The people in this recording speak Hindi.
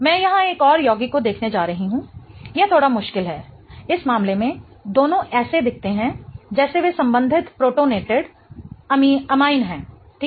मैं यहाँ एक और यौगिक को देखने जा रही हूँ यह थोड़ा मुश्किल है इस मामले में दोनों ऐसे दिखते हैं जैसे वे संबंधित प्रोटोनेटेड एमाइन हैं ठीक